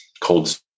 cold